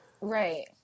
right